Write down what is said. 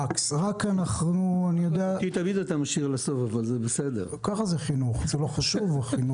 אדוני היושב-ראש, ברכות